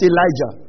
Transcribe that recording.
Elijah